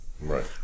Right